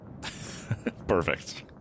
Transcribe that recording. Perfect